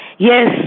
Yes